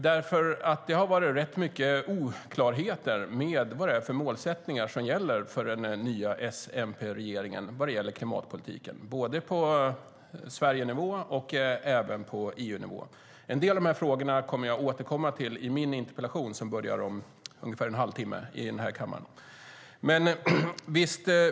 Det har varit rätt mycket oklarheter om vad det är för målsättningar som gäller för den nya S-MP-regeringen beträffande klimatpolitiken, både på Sverigenivå och på EU-nivå. En del av dessa frågor återkommer jag till i min interpellationsdebatt senare i eftermiddag.